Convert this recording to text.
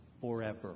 Forever